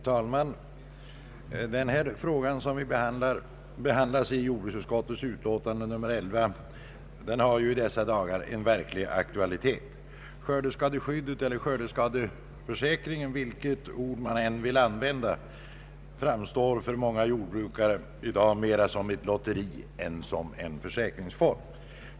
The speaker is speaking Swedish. Herr talman! Den fråga som behandlas i jordbruksutskottets utlåtande nr 11 har i dessa dagar en verklig aktualitet. Skördeskadeskyddet eller skördeskadeförsäkringen, vilket ord man vill använda, framstår för många jordbrukare mera som ett lotteri än som en försäkringsform.